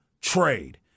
trade